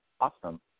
Awesome